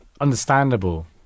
understandable